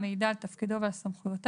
המעידה על תפקידו ועל סמכויותיו,